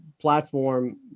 platform